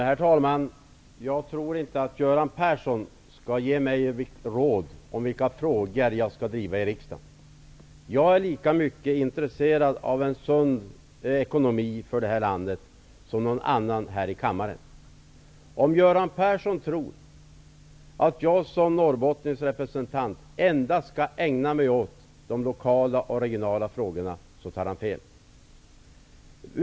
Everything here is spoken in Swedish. Herr talman! Jag tror inte att Göran Persson skall ge mig råd om vilka frågor jag skall driva i riksdagen. Jag är lika intresserad av en sund ekonomi för landet som någon annan här i kammaren. Om Göran Persson tror att jag som Norrbottens representant endast skall ägna mig åt de lokala och regionala frågorna tar han fel.